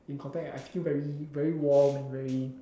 in contact I feel very very warm very